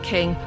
King